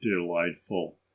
delightful